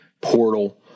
portal